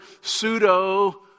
pseudo-